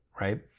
right